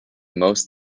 most